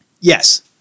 Yes